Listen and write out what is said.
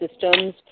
systems